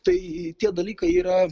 tai tie dalykai yra